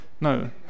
No